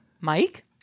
Mike